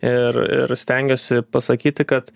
ir ir stengiuosi pasakyti kad